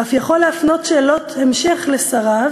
ואף יכול להפנות שאלות המשך לשריו